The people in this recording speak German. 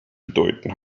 bedeuten